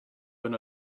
earn